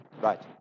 Right